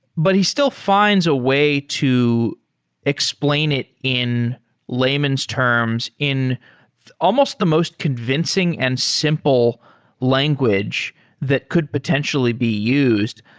but he still finds a way to explain it in layman's terms in almost the most convincing and simple language that could potentially be used.